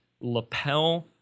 lapel